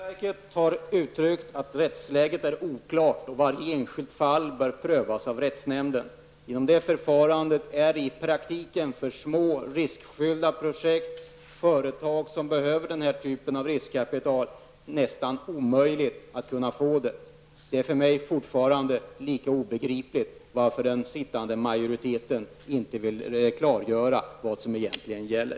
Herr talman! Riksskatteverket har sagt att rättsläget är oklart och att varje enskilt fall bör prövas av rättsnämnden. Genom det förfarandet är det i praktiken nästan omöjligt för företag som behöver den här typen av riskkapital för små riskfyllda projekt att kunna få det. Det är för mig fortfarande lika obegripligt varför den sittande majoriteten inte vill klargöra vad som egentligen gäller.